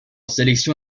sélection